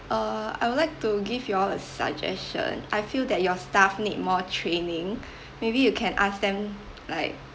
uh I would like to give you all a suggestion I feel that your staff need more training maybe you can ask them like